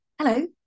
Hello